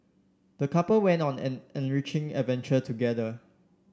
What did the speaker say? the couple went on an enriching adventure together